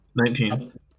Nineteen